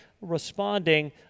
responding